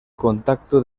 contacto